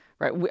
Right